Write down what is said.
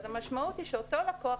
אז המשמעות היא שאותו לקוח,